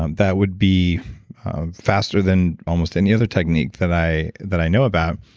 um that would be faster than almost any other technique that i that i know about,